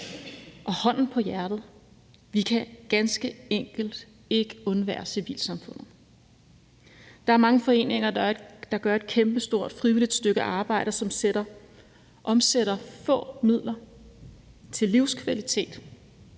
og hånden på hjertet: Vi kan ganske enkelt ikke undvære civilsamfundet. Der er mange foreninger, der gør et kæmpestort frivilligt stykke arbejde og omsætter få midler til livskvalitet,